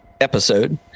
episode